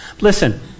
Listen